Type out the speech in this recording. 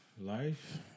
Life